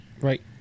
Right